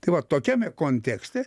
tai va tokiame kontekste